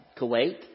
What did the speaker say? Kuwait